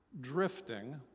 drifting